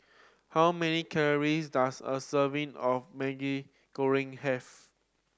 how many calories does a serving of Maggi Goreng have